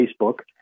Facebook